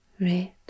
red